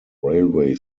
railway